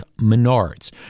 Menards